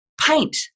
paint